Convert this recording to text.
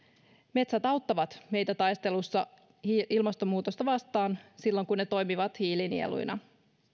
metsät auttavat meitä taistelussa ilmastonmuutosta vastaan silloin kun ne toimivat hiilinieluina